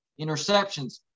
interceptions